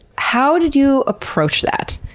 how did you approach that?